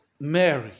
Mary